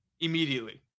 immediately